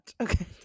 Okay